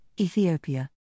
Ethiopia